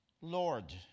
Lord